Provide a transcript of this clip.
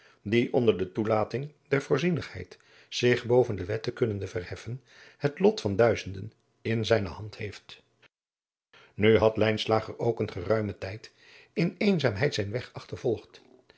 die onder toelating der voorzienigheid zich boven de wetten kunnende verheffen het lot van duizenden in zijne hand heeft nu had lijnslager ook een geruimen tijd in eenzaamheid zijn weg achtervolgd